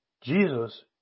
Jesus